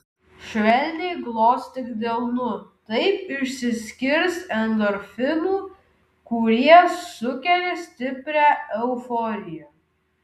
švelniai glostyk delnu taip išsiskirs endorfinų kurie sukelia stiprią euforiją